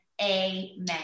amen